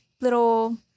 little